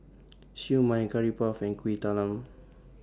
Siew Mai Curry Puff and Kuih Talam